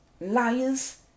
liars